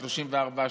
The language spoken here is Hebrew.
34,